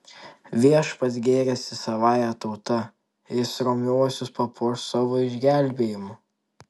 viešpats gėrisi savąja tauta jis romiuosius papuoš savo išgelbėjimu